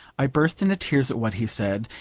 i burst into tears at what he said,